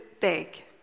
big